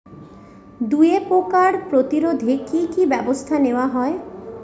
দুয়ে পোকার প্রতিরোধে কি কি ব্যাবস্থা নেওয়া হয়?